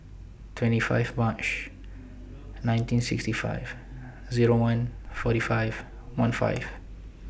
twenty five March nineteen sixty five Zero one forty five one five